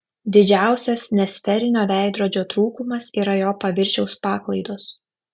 didžiausias nesferinio veidrodžio trūkumas yra jo paviršiaus paklaidos